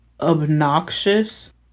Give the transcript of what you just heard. obnoxious